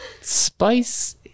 spice